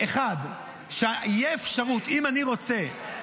האחד, שתהיה אפשרות, אם אני רוצה,